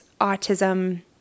autism